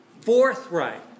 Forthright